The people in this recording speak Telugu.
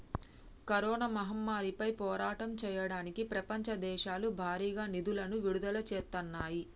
కరోనా మహమ్మారిపై పోరాటం చెయ్యడానికి ప్రపంచ దేశాలు భారీగా నిధులను విడుదల చేత్తన్నాయి